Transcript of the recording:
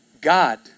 God